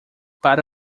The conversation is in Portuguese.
para